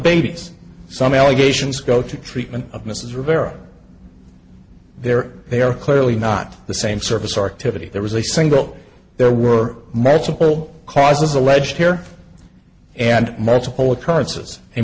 babies some allegations go to treatment of mrs rivera there they are clearly not the same surface arc tippity there was a single there were multiple causes alleged here and multiple occurrences a